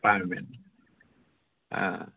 পাৰ মেন অঁ